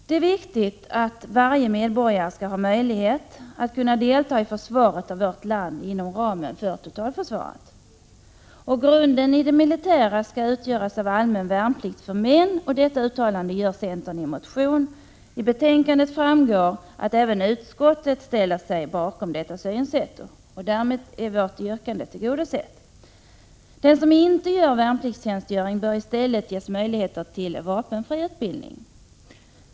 Det är viktigt att varje medborgare har möjlighet att delta i försvaret av vårt land inom ramen för totalförsvaret. Grunden i det militära försvaret skall utgöras av allmän värnplikt för män. Detta uttalande gör centern i en motion. Av betänkandet framgår att även utskottet ställer sig bakom detta synsätt. Därmed är vårt yrkande tillgodosett. Den som inte gör värnpliktstjänstgöring bör i stället ges möjlighet till vapenfri utbildning.